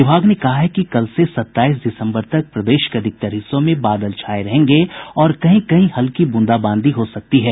विभाग ने कहा है कि कल से सत्ताईस दिसम्बर तक प्रदेश के अधिकतर हिस्सों में बादल छाये रहेंगे और कहीं कहीं हल्की बूंदाबांदी हो सकती है